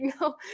no